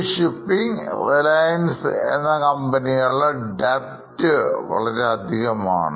GE shippingReliance എന്ന കമ്പനികളുടെ Debt വളരെയധികം ആണ്